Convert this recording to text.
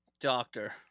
doctor